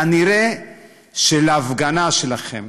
כנראה שלהפגנה שלכם